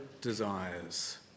desires